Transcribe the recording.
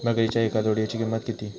बकरीच्या एका जोडयेची किंमत किती?